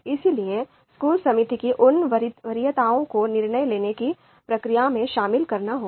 इसलिए स्कूल समिति की उन वरीयताओं को निर्णय लेने की प्रक्रिया में शामिल करना होगा